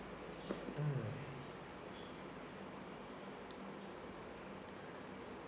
mm